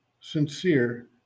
Sincere